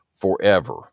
forever